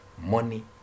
money